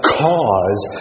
cause